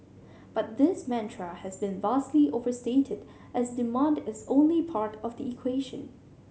but this mantra has been vastly overstated as demand as only part of the equation